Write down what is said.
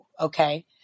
okay